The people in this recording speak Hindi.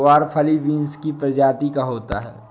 ग्वारफली बींस की प्रजाति का होता है